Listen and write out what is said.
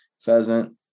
pheasant